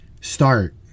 start